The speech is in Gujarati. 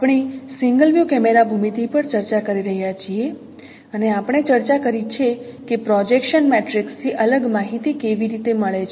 આપણે સિંગલ વ્યૂ કેમેરા ભૂમિતિ પર ચર્ચા કરી રહ્યા છીએ અને આપણે ચર્ચા કરી છે કે પ્રોજેક્શન મેટ્રિક્સ થી અલગ માહિતી કેવી રીતે મળે છે